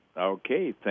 Okay